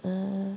um